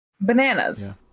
Bananas